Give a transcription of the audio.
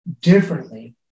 differently